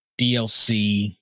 DLC